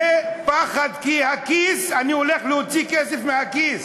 יהיה פחד, כי אני הולך להוציא כסף מהכיס.